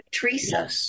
Teresa